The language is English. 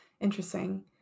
Interesting